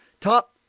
Top